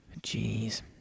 Jeez